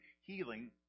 healing